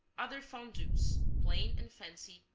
other fondues plain and fancy,